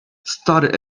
started